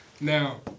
Now